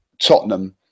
Tottenham